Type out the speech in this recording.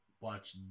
watch